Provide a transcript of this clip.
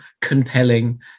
compelling